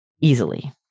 easily